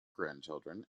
grandchildren